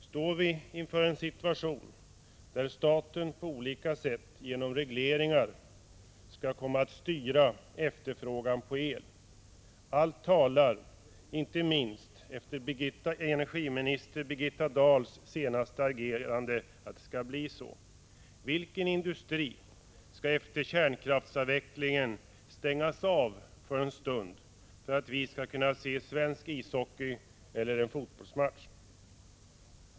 Står vi inför en situation där staten på olika sätt genom regleringar skall komma att styra efterfrågan på el? Allt talar för detta, inte minst efter energiminister Birgitta Dahls senaste ageranden. Vilken industri skall efter kärnkraftsavvecklingen stängas av för en stund för att vi skall se svensk ishockey eller fotboll?